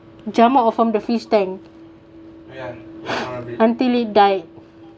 jump out from the fish tank until it died